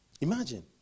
imagine